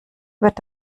wird